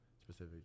specific